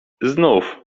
znów